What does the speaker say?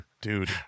Dude